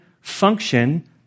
function